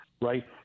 right